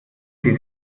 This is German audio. sie